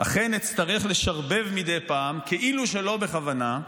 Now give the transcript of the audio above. "אכן, אצטרך לשרבב מדי פעם, כאילו שלא בכוונה,